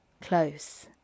Close